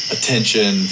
Attention